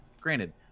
Granted